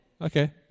Okay